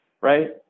right